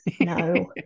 No